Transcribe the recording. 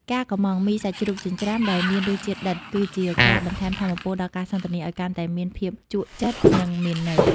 ការកម្ម៉ង់ មីសាច់ជ្រូកចិញ្ច្រាំ ដែលមានរសជាតិដិត គឺជាការបន្ថែមថាមពលដល់ការសន្ទនាឱ្យកាន់តែមានភាពជក់ចិត្ត និងមានន័យ។